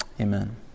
Amen